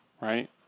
right